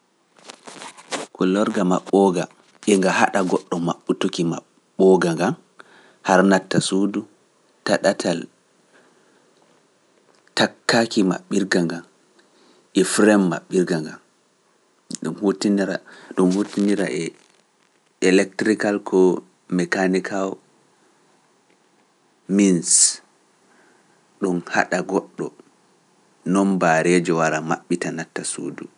Kullorga mabbooga e nga hada goddo mabbutuki mabbirga ngan ta datal hutinirki e datal hite ko wongal datal fere gam kagaki ko takkindirki e firem mabbirga ngan.